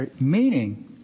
Meaning